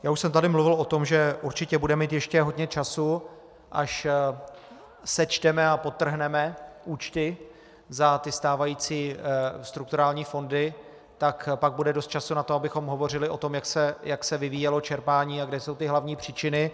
Já už jsem tady mluvil o tom, že určitě budeme mít ještě hodně času, až sečteme a podtrhneme účty za stávající strukturální fondy, tak pak bude dost času na to, abychom hovořili o tom, jak se vyvíjelo čerpání a kde jsou ty hlavní příčiny.